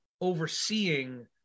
overseeing